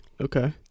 Okay